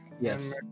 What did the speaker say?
Yes